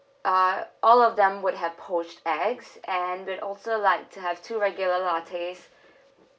uh all of them would have poached eggs and we also like to have two regular lattes